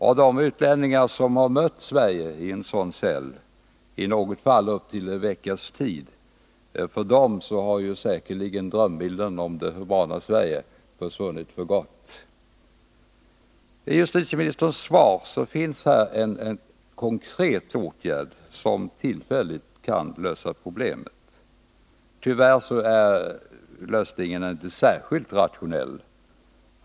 Och hos de utlänningar som har mött Sverige i en sådan cell — i något fall under en veckas tid — har säkert drömbilden om det humana Sverige försvunnit för gott. I justitieministerns svar redovisas en konkret åtgärd som tillfälligt kan lösa problemet. Tyvärr är lösningen inte särskilt rationell.